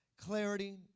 clarity